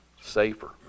safer